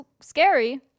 scary